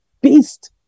beast